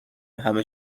همه